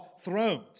thrones